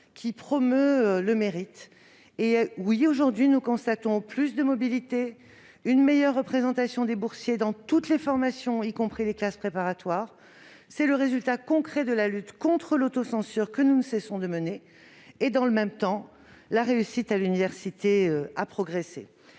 qui promeut le mérite. Oui, aujourd'hui, nous constatons plus de mobilité sociale et une meilleure représentation des boursiers dans toutes les formations, y compris les classes préparatoires aux grandes écoles. C'est le résultat concret de la lutte contre l'autocensure que nous ne cessons de mener. Dans le même temps, la réussite à l'université a progressé.